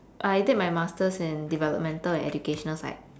I take my masters in developmental and educational side